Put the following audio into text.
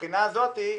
מהבחינה הזאת,